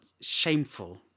shameful